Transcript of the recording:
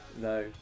No